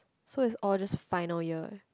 so is all just final year ah